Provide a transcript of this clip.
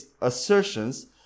assertions